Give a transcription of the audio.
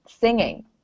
singing